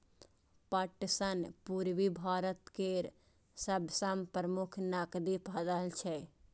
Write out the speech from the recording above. पटसन पूर्वी भारत केर सबसं प्रमुख नकदी फसल छियै